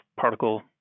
particle